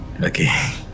Okay